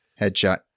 Headshot